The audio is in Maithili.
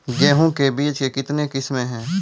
गेहूँ के बीज के कितने किसमें है?